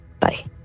Bye